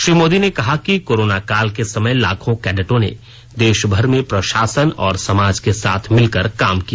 श्री मोदी ने कहा कि कोरोनाकाल के समय लाखों कैडेटों ने देशभर में प्रशासन और समाज के साथ मिलकर काम किया